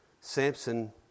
Samson